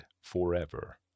forever